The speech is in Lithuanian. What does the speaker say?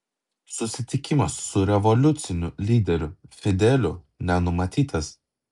susitikimas su revoliuciniu lyderiu fideliu nenumatytas